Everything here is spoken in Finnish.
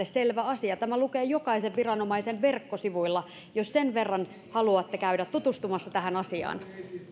selvä asia tämä lukee jokaisen viranomaisen verkkosivuilla jos sen verran haluatte käydä tutustumassa tähän asiaan